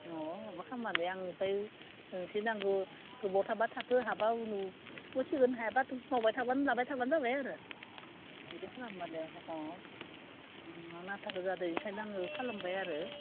अ माबा खालामला दे आं ओमफ्राय मोनसे नांगौ गोबाव थाबा थाथों हाबा उनाव होसिगोन हायाबाथ' मावबायथाबानो जाबाय थाबानो जाबाय आरो बिदि खालामबानो अ आंनो नांथारगौ जादों ओंखायनो आं खालामबाय आरो